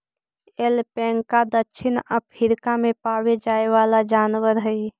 alpaca दक्षिण Africa में पावे जाए वाला जनावर हई